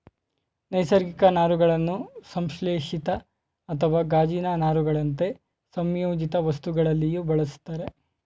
ನೈಸರ್ಗಿಕ ನಾರುಗಳನ್ನು ಸಂಶ್ಲೇಷಿತ ಅಥವಾ ಗಾಜಿನ ನಾರುಗಳಂತೆ ಸಂಯೋಜಿತವಸ್ತುಗಳಲ್ಲಿಯೂ ಬಳುಸ್ತರೆ